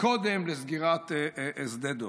קודם לסגירת שדה דב.